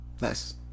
nice